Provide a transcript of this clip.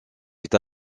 est